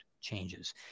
changes